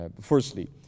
firstly